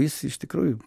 jis iš tikrųjų